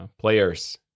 players